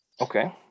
okay